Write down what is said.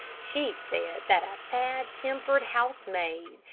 she said that a bad-tempered housemaid,